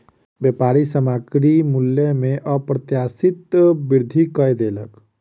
व्यापारी सामग्री मूल्य में अप्रत्याशित वृद्धि कय देलक